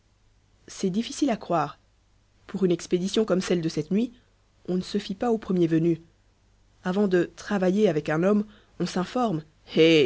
c'est difficile à croire pour une expédition comme celle de cette nuit on ne se fie pas au premier venu avant de travailler avec un homme on s'informe eh